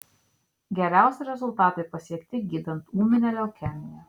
geriausi rezultatai pasiekti gydant ūminę leukemiją